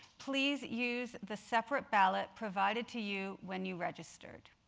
please use the separate ballot provided to you when you registered.